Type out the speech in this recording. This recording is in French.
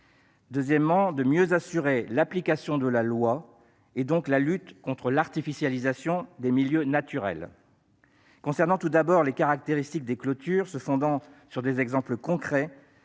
autorisées ; mieux assurer l'application de la loi, donc la lutte contre l'artificialisation des milieux naturels. Concernant tout d'abord les caractéristiques des clôtures, en se fondant sur des exemples concrets,